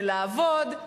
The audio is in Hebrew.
ולעבוד,